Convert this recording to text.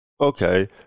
Okay